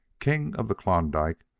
king of the klondike,